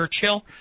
Churchill